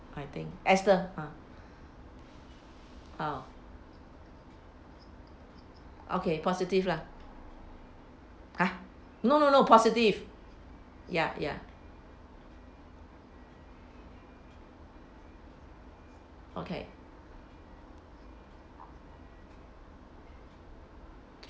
I think esther ah ah okay positive lah ha no no no positive ya ya okay